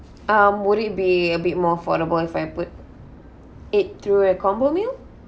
um would it be a bit more affordable if I put it through a combo meal